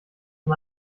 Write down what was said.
von